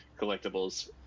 collectibles